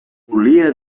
volia